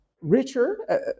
richer